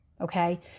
Okay